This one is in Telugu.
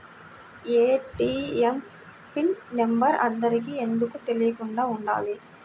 ఏ.టీ.ఎం పిన్ నెంబర్ అందరికి ఎందుకు తెలియకుండా ఉండాలి?